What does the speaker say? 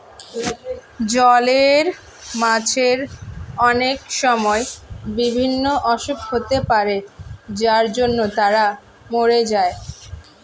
জলের মাছের অনেক সময় বিভিন্ন অসুখ হতে পারে যার জন্য তারা মোরে যায়